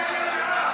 את בעד?